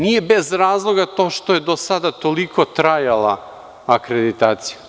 Nije bez razloga to što je do sada toliko trajala akreditacija.